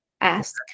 ask